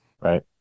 Right